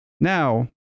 Now